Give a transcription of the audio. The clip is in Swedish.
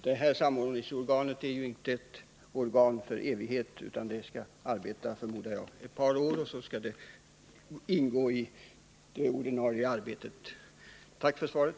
Det här samordningsorganet är inte instiftat för evighet utan det skall arbeta ett par år, förmodar jag, och sedan skall de här frågorna ingå i det ordinarie arbetet. Tack för svaret.